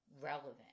relevant